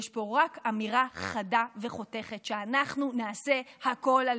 יש פה רק אמירה חדה וחותכת שאנחנו נעשה הכול על